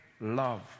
love